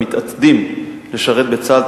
המתעתדים לשרת בצה"ל,